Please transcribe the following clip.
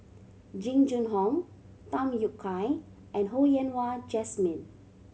Jing Jun Hong Tham Yui Kai and Ho Yen Wah Jesmine